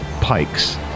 pikes